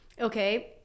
okay